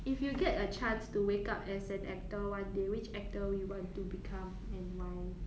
if you get a chance to wake up as an actor one day which actor would you want to become and why